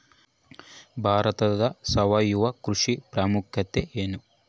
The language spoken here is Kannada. ಭಾರತದಲ್ಲಿ ಸಾವಯವ ಕೃಷಿಯ ಪ್ರಾಮುಖ್ಯತೆ ಎನು?